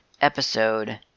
episode